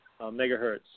megahertz